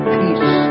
peace